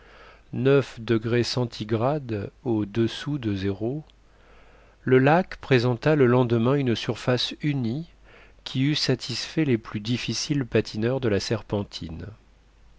de zéro le lac présenta le lendemain une surface unie qui eût satisfait les plus difficiles patineurs de la serpentine